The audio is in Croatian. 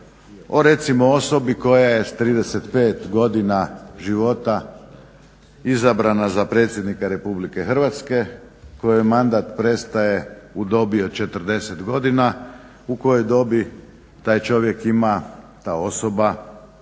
o recimo osobi koja je s 35 godina života izabrana za predsjednika Republike Hrvatske kojoj mandat prestaje u dobi od 40 godina u kojoj dobi taj čovjek ima, ta osoba